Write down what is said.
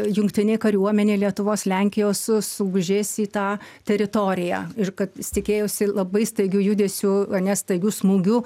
jungtinė kariuomenė lietuvos lenkijos sugužės į tą teritoriją ir kad jis tikėjosi labai staigiu judesiu ane staigiu smūgiu